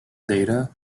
data